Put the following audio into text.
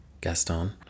Gaston